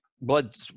blood